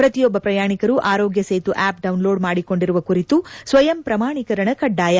ಪ್ರತಿಯೊಬ್ಬ ಪ್ರಯಾಣಿಕರು Aarogya Setu app download ಮಾಡಿಕೊಂಡಿರುವ ಕುರಿತು ಸ್ವಯಂ ಪ್ರಮಾಣೀಕರಣ ಕಡ್ಡಾಯ